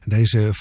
Deze